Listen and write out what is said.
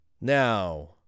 now